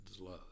love